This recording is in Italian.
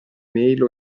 mail